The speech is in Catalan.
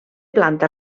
planta